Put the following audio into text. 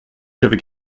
j’avais